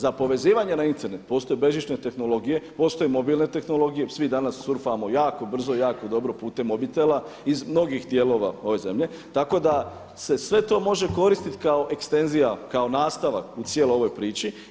Za povezivanje na Internet postoje bežične tehnologije, postoje mobilne tehnologije, svi danas surfamo jako brzo i jako dobro putem mobitela iz mnogih dijelova ove zemlje, tako da se sve to može koristiti kao ekstenzija kao nastavak u cijeloj ovoj priči.